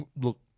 Look